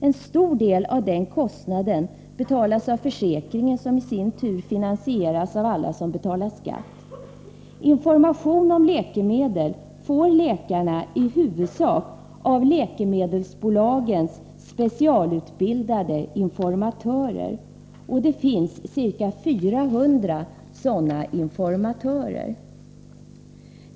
En stor del av den kostnaden betalas av sjukförsäkringen, som i sin tur finansieras av alla som betalar skatt. Information om läkemedel får läkarna i huvudsak av läkemedelsbolagens specialutbildade informatörer. Det finns ca 400 sådana informatörer.